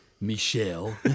Michelle